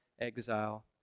exile